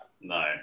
No